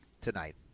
tonight